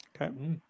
Okay